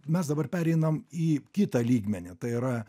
mes dabar pereinam į kitą lygmenį tai yra